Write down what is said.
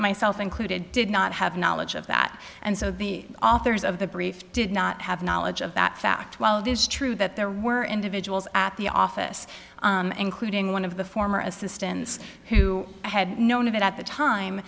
myself included did not have knowledge of that and so the authors of the brief did not have knowledge of that fact while it is true that there were individuals at the office including one of the former assistants who had known of it at the time